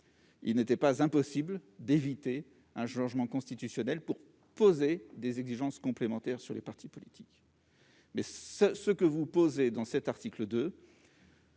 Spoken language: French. Il n'était donc pas impossible d'éviter un changement constitutionnel pour poser des exigences complémentaires à l'égard des partis politiques. Or ce que vous proposez à l'article 2